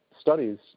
studies